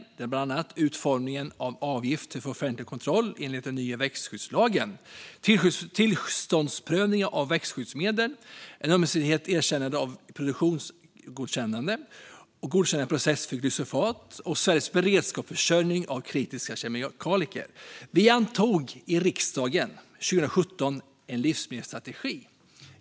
Det handlar bland annat om utformningen av avgifter för offentlig kontroll enligt den nya växtskyddslagen, tillståndsprövningar av växtskyddsmedel, det ömsesidiga erkännandet av produktgodkännanden, godkännandeprocessen för glyfosat och Sveriges beredskapsförsörjning av kritiska kemikalier. Riksdagen antog 2017 en livsmedelsstrategi.